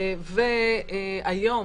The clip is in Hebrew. והיום